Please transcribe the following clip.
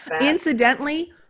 Incidentally